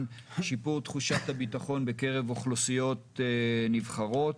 שיפור תחושת הביטחון בקרב אוכלוסיות נבחרות.